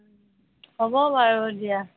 হ'ব বাৰু দিয়া